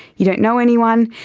you don't know anyone,